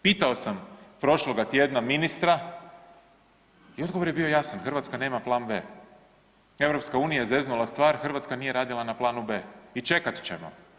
Pitao sam prošloga tjedna ministra i odgovor je bio jasan, Hrvatska nema plan B. EU je zeznula stvar, Hrvatska nije radila na planu B. I čekat ćemo.